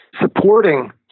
supporting